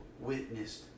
witnessed